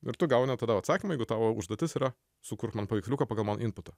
ir tu gauni atsakymą jeigu tavo užduotis yra sukurk man paveiksliuką pagal mano imputą